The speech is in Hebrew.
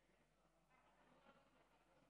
קארה,